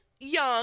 Young